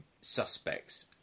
suspects